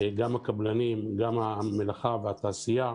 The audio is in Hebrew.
גם הקבלנים, גם המלאכה והתעשייה.